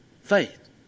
faith